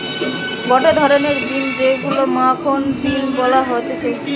গটে ধরণের বিন যেইগুলো মাখন বিন ও বলা হতিছে